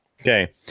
Okay